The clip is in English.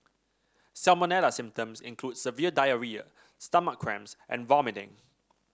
salmonella symptoms include severe diarrhoea stomach cramps and vomiting